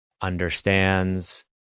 understands